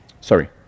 sorry